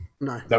no